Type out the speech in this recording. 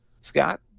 scott